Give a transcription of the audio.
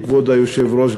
כבוד היושב-ראש,